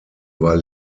war